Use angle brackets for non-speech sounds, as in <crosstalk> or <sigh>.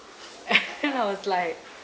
<laughs> I was like